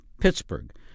Pittsburgh